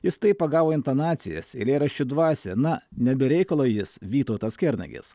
jis taip pagavo intonacijas ir eilėraščių dvasią na ne be reikalo jis vytautas kernagis